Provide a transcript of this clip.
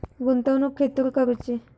गुंतवणुक खेतुर करूची?